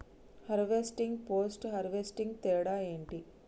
Harvesting, post harvesting తేడా ఏంటి?